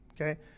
Okay